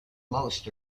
most